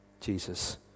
Jesus